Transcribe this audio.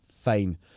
fine